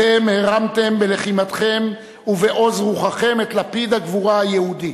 אתם הרמתם בלחימתכם ובעוז רוחכם את לפיד הגבורה היהודי.